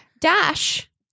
Dash